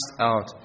out